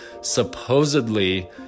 supposedly